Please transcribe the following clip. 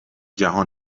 جهان